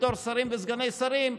בתור שרים וסגני שרים,